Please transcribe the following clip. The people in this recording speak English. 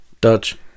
Dutch